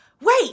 Wait